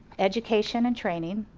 education and training,